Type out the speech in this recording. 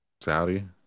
Saudi